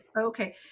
Okay